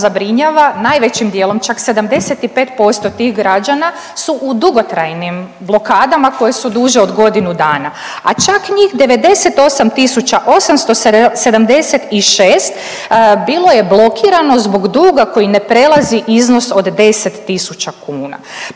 najvećim dijelom čak 75% tih građana su u dugotrajnim blokadama koje su duže od godinu dana, a čak njih 98.876 bilo je blokirano zbog duga koji ne prelazi iznos od 10.000 kuna.